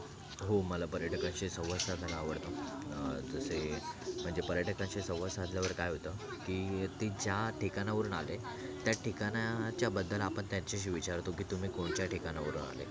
हो मला पर्यटकांशी संवाद साधायला आवडतो तसेच म्हणजे पर्यटकांशी संवाद साधल्यावर काय होतं की ती ज्या ठिकाणावरून आले त्या ठिकाणाच्याबद्दल आपण त्यांच्याशी विचारतो की तुम्ही कोणत्या ठिकाणावरून आले आहेत